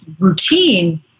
routine